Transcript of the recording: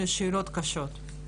שסביר להניח שהרבה אנשים מתחתנים שם.